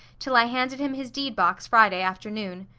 till i handed him his deed box friday afternoon.